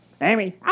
Amy